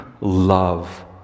love